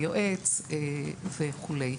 היועץ וכו'.